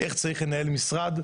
איך צריך לנהל משרד.